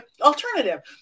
alternative